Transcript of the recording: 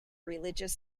religious